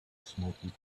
smoky